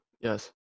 Yes